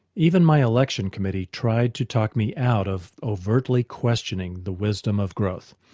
even my election committee tried to talk me out of overtly questioning the wisdom of growth.